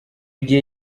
gihe